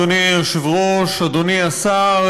אדוני השר,